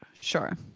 Sure